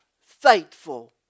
faithful